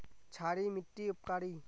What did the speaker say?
क्षारी मिट्टी उपकारी?